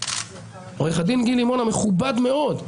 עורך הדין גיל לימון המכובד מאוד,